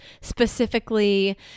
specifically